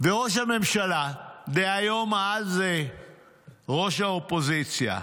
ראש הממשלה, דהיום, אז ראש האופוזיציה: